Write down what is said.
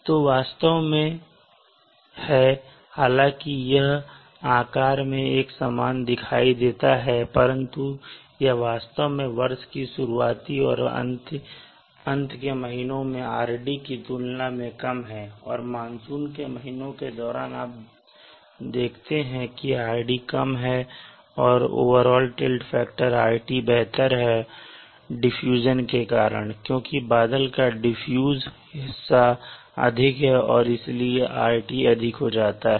तो यह वास्तव में है हालांकि यह आकार में एक समान दिखता है परंतु यह वास्तव में वर्ष की शुरुआती और अंत के महीनों में Rd की तुलना में कम है और मानसून के महीनों के दौरान आप देखते हैं कि Rd कम है और overall tilt factor rt बेहतर है डिफ्यूजन के कारण क्योंकि बादल का डिफ्यूज हिस्सा अधिक है और इसलिए rt अधिक हो जाता है